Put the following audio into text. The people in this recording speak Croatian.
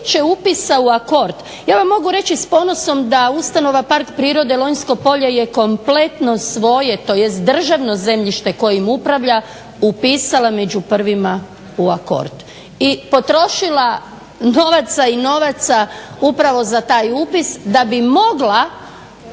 ja vam mogu reći s ponosom da Ustanova park prirode Lonjsko polje je kompletno svoje tj. državno zemljište kojim upravlja upisala među prvima u ARKOD. I potrošila novaca i novaca upravo za taj upis da bi mogla